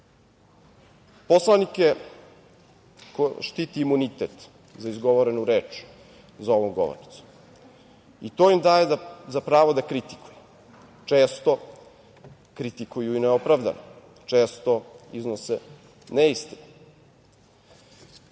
odavde. Poslanike štiti imunitet za izgovorenu reč za ovom govornicom, i to im daje za pravo da kritikuju. Često kritikuju i neopravdano, često iznose neistine.